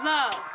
Love